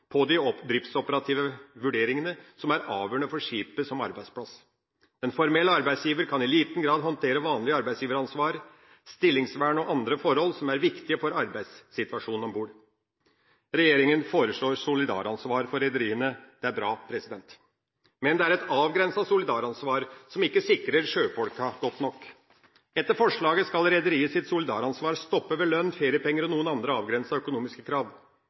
driftsoperative vurderingene, noe som er avgjørende for skipet som arbeidsplass. En formell arbeidsgiver kan i liten grad håndtere vanlig arbeidsgiveransvar, stillingsvern og andre forhold som er viktige for arbeidssituasjonen om bord. Regjeringa foreslår solidaransvar for rederiene. Det er bra. Men det er et avgrenset solidaransvar, som ikke sikrer sjøfolka godt nok. Etter forslaget skal rederiets solidaransvar stoppe ved lønn, feriepenger og noen andre avgrensede økonomiske krav.